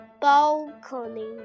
balcony